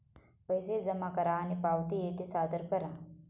पैसे जमा करा आणि पावती येथे सादर करा